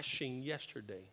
yesterday